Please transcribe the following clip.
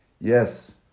Yes